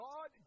God